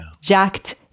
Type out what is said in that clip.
jacked